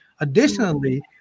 Additionally